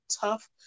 tough